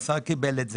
והוא קיבל,